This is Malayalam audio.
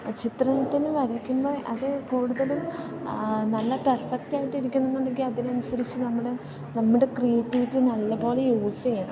ചിത്രത്തിന് വരയ്ക്കുമ്പോൾ അത് കൂടുതലും നല്ല പെർഫെക്റ്റ് ആയിട്ടിരിക്കണം എന്നുണ്ടെങ്കിൽ അതിനനുസരിച്ച് നമ്മൾ നമ്മുടെ ക്രിയേറ്റിവിറ്റി നല്ലപോലെ യൂസ് ചെയ്യണം